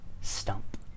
stump